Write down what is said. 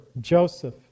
Joseph